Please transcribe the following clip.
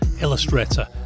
illustrator